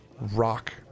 rock